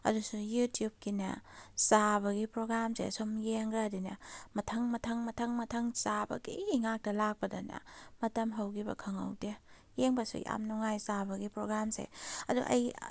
ꯑꯗꯨꯁꯨ ꯌꯨꯇ꯭ꯌꯨꯕꯀꯤꯅꯦ ꯆꯥꯕꯒꯤ ꯄ꯭ꯔꯣꯒꯥꯝꯁꯦ ꯑꯁꯨꯝ ꯌꯦꯡꯈ꯭ꯔꯗꯤꯅꯦ ꯃꯊꯪ ꯃꯊꯪ ꯃꯊꯪ ꯃꯊꯪ ꯆꯥꯕꯒꯤ ꯉꯛꯇ ꯂꯥꯛꯄꯗꯅꯦ ꯃꯇꯝ ꯍꯧꯈꯤꯕ ꯈꯪꯍꯧꯗꯦ ꯌꯦꯡꯕꯁꯨ ꯌꯥꯝ ꯅꯨꯡꯉꯥꯏ ꯆꯥꯕꯒꯤ ꯄ꯭ꯔꯣꯒꯥꯝꯁꯦ ꯑꯗꯣ ꯑꯩ